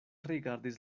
rigardis